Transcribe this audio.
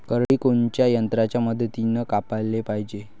करडी कोनच्या यंत्राच्या मदतीनं कापाले पायजे?